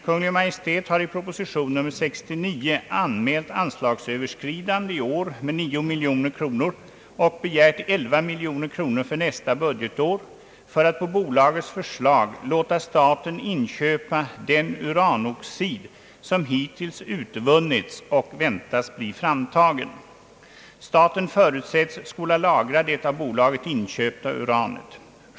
Kungl. Maj:t har i proposition nr 69 anmält anslagsöverskridande i år med 9 miljoner kronor och begärt 11 miljoner kronor för nästa budgetår för att på bolagets förslag låta staten inköpa den uranoxid, som hittills utvunnits och väntas bli framtagen. Staten förutsätts skola lagra det av bolaget inköpta uranet.